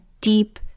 deep